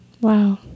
Wow